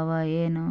ಅವಾಯೇನು?